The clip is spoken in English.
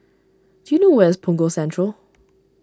do you know where is Punggol Central